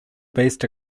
based